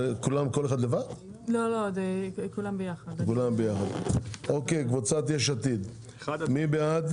14. מי בעד?